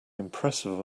impressive